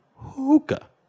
hookah